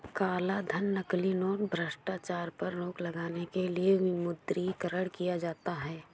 कालाधन, नकली नोट, भ्रष्टाचार पर रोक लगाने के लिए विमुद्रीकरण किया जाता है